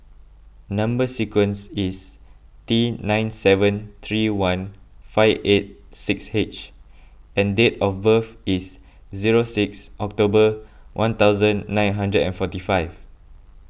Number Sequence is T nine seven three one five eight six H and date of birth is zero six October one thousand nine hundred and forty five